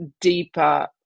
deeper